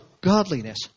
godliness